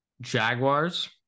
Jaguars